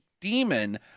demon